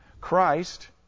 Christ